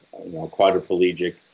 quadriplegic